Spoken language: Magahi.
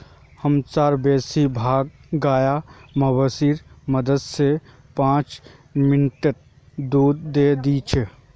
हमसार बेसी भाग गाय मशीनेर मदद स पांच मिनटत दूध दे दी छेक